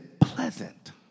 pleasant